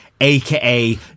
aka